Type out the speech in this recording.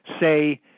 say